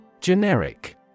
Generic